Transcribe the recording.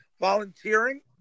volunteering